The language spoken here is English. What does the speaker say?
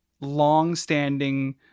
long-standing